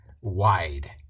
wide